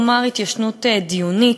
כלומר התיישנות דיונית,